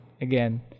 again